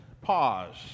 pause